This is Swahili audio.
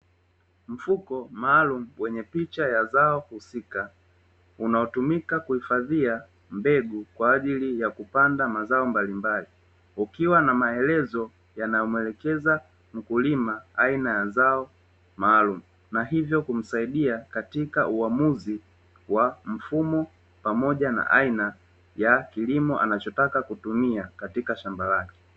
Mfuko maalum wenye picha ya zao husika, unaotumika kuhifadhia mbegu kwaajili ya kupanda mazao mbalimbali, ukiwa na maelezo yanayomuelekeza mkulima aina ya zao maalum na hivyo kumsaidia katika uamuzi wa mfumo pamoja na aina ya kilimo anachotaka kutumia katika shamba lake.